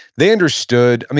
they understood,